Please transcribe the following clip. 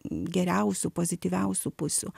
geriausių pozityviausių pusių